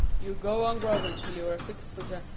you go on growing till you're a six-footer,